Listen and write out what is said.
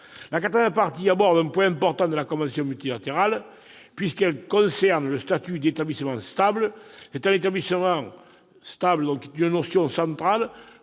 La quatrième partie aborde un point important de la convention multilatérale, puisqu'elle concerne le statut d'établissement stable. La notion d'établissement stable est centrale